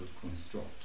construct